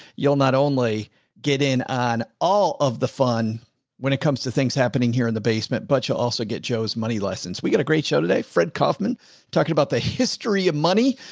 you'll not only get in on all of the fun when it comes to things happening here in the basement, but you'll also get joe's money lessons. we got a great show today. fred kaufman talking about the history of money.